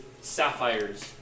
sapphires